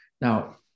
Now